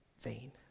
vain